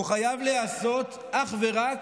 הוא חייב להיעשות אך ורק